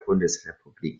bundesrepublik